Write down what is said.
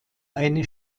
eine